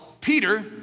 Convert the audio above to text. Peter